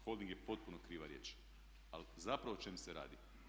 holding je potpuno kriva riječ ali zapravo o čemu se radi?